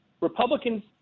Republicans